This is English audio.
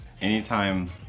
Anytime